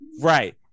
Right